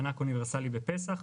מענק אוניברסלי בפסח,